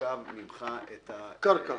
והמושב לוקח ממך את הקרקע